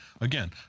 Again